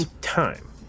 time